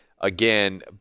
Again